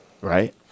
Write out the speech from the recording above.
Right